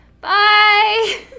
bye